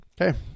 Okay